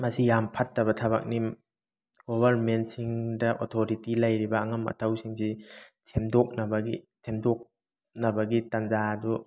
ꯃꯁꯤ ꯌꯥꯝ ꯐꯠꯇꯕ ꯊꯕꯛꯅꯤ ꯒꯣꯕꯔꯃꯦꯟꯁꯤꯡꯗ ꯑꯣꯊꯣꯔꯤꯇꯤ ꯂꯩꯔꯤꯕ ꯑꯉꯝ ꯑꯊꯧꯁꯤꯡꯁꯤ ꯁꯦꯝꯗꯣꯛꯅꯕꯒꯤ ꯁꯦꯝꯗꯣꯛꯅꯕꯒꯤ ꯇꯥꯟꯖꯥ ꯑꯗꯨ